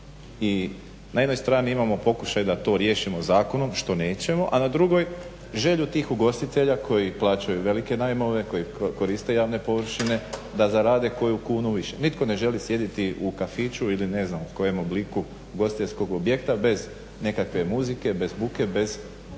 I na jednoj strani imamo pokušaj da to riješimo zakonom što nećemo a na drugoj želju tih ugostitelja koji plaćaju velike najmove, koji koriste javne površine da zarade koju kunu više. Nitko ne želi sjediti u kafiću ili ne znam kojem obliku ugostiteljskog objekta bez nekakve muzike, bez buke, bez